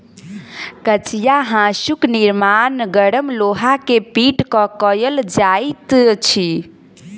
कचिया हाँसूक निर्माण गरम लोहा के पीट क कयल जाइत अछि